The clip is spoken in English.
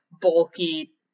bulky